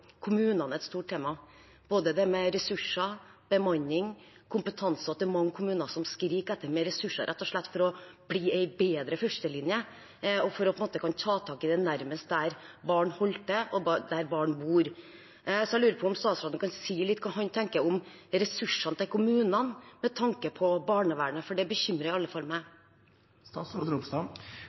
kommunene et stort tema, både med hensyn til ressurser, bemanning og kompetanse. Mange kommuner skriker etter mer ressurser, rett og slett for å bli en bedre førstelinje og for å kunne ta tak i dette nærmest der barn holder til, der barn bor. Så jeg lurer på om statsråden kan si litt om hva han tenker om ressursene til kommunene med tanke på barnevernet, for det bekymrer i alle fall meg.